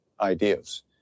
ideas